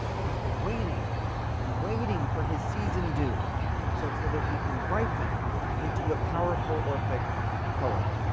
he's been waiting and waiting for his season due so so that he can ripen into a powerful orphic poet